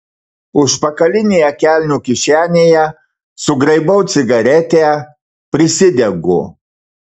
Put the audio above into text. užpakalinėje kelnių kišenėje sugraibau cigaretę prisidegu